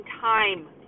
time